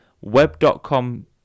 Web.com